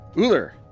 Uller